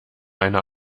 einer